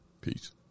Peace